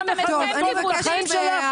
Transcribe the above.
עשיתי איתם הסכם קיבוצי,